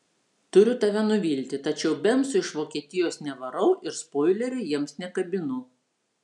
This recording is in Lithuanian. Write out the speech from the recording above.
turiu tave nuvilti tačiau bemsų iš vokietijos nevarau ir spoilerių jiems nekabinu